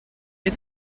you